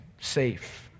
safe